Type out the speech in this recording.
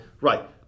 Right